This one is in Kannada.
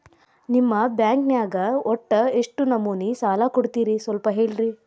ನಿಮ್ಮ ಬ್ಯಾಂಕ್ ನ್ಯಾಗ ಒಟ್ಟ ಎಷ್ಟು ನಮೂನಿ ಸಾಲ ಕೊಡ್ತೇರಿ ಸ್ವಲ್ಪ ಹೇಳ್ರಿ